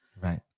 Right